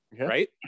right